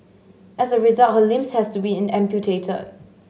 as a result her limbs has to be amputated